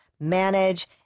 manage